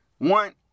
One